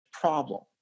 problem